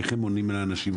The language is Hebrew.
איך הם עונים לאנשים,